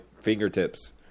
fingertips